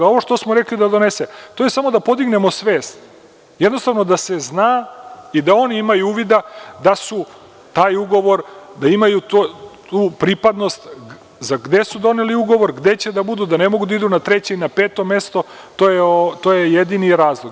A ovo što smo rekli da donese, to je samo da podignemo svest, jednostavno da se zna i da oni imaju uvida da su taj ugovor, da imaju tu pripadnost za gde su doneli ugovor, gde će da budu, da ne mogu da idu na treće i na peto mesto, to je jedini razlog.